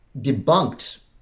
debunked